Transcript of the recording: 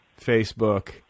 Facebook